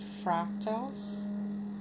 fractals